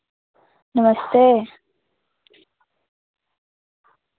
नमस्ते